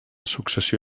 successió